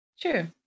True